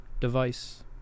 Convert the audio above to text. device